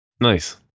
nice